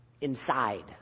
inside